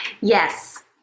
Yes